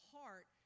heart